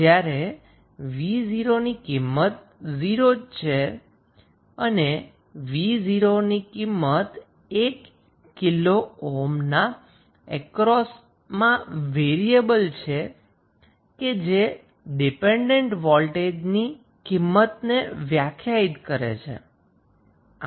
જ્યારે 𝑣0 ની કિંમત 0 જ છે અને 𝑣0 ની કિંમત 1 કિલો ઓહ્મના અક્રોસમાં વેરીએબલ છે કે જે ડિપેન્ડન્ટ વોલ્ટેજ સોર્સની કિંમતને વ્યાખ્યાયિત કરે છે